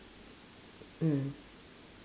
mm